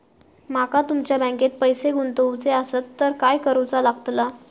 माका तुमच्या बँकेत पैसे गुंतवूचे आसत तर काय कारुचा लगतला?